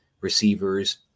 receivers